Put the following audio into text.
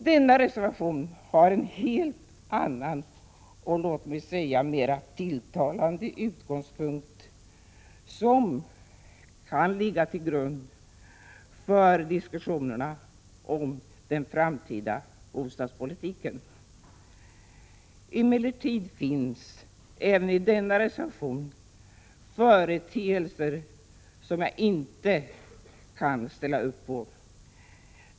Denna reservation har en helt annan och låt mig säga mera tilltalande utgångspunkt, som kan ligga till grund för diskussionerna om den framtida bostadspolitiken. Emellertid finns även i denna reservation företeelser som jag inte kan ställa upp på.